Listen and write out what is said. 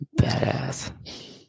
Badass